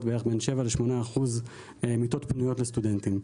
בערך בין 7% ל-8% מיטות פנויות לסטודנטים.